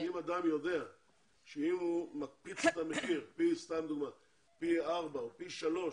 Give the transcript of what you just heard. אם אדם יודע שאם הוא מקפיץ את המחיר פי ארבע או פי שלוש,